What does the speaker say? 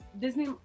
Disney